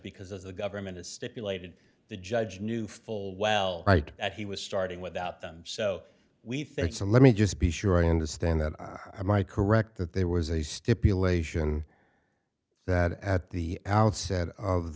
because as a government as stipulated the judge knew full well right that he was starting without them so we thought so let me just be sure i understand that i am i correct that there was a stipulation that at the outset of